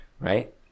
right